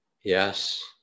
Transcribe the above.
Yes